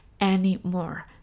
anymore